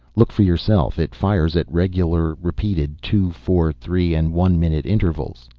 look for yourself. it fires at regularly repeated two, four, three and one minute intervals.